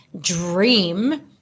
dream